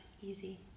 easy